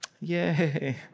Yay